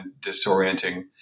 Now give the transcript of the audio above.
disorienting